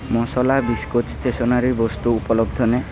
মচলা biscuit stationery বস্তু উপলব্ধ নে